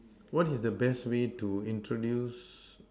what is the best way to introduce